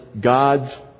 God's